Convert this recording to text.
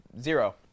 Zero